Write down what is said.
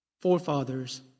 forefathers